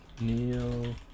Neil